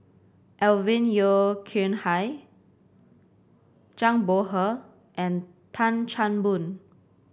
Alvin Yeo Khirn Hai Zhang Bohe and Tan Chan Boon